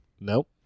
Nope